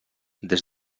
des